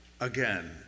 Again